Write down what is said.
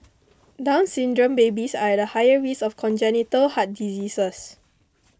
Down Syndrome babies are at higher race of congenital heart diseases